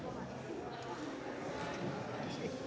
Tak